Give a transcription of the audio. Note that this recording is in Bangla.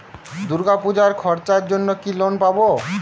দূর্গাপুজোর খরচার জন্য কি লোন পাব?